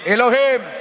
Elohim